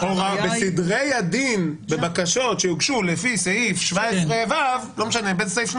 בסדרי הדין בבקשות שיוגשו לפי סעיף 17ו לא משנה איזה סעיף,